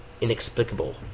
Inexplicable